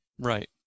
Right